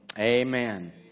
Amen